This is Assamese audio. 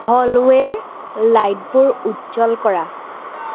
হলৱে'ৰ লাইটবোৰ উজ্জ্বল কৰা